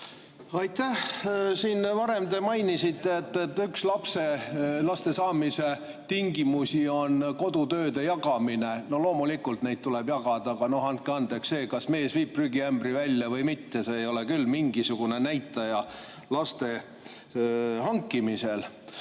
Aitäh! Siin te varem mainisite, et üks laste saamise tingimusi on kodutööde jagamine. Loomulikult tuleb neid jagada, aga andke andeks, see, kas mees viib prügiämbri välja või mitte, ei ole küll mingisugune näitaja laste hankimisel.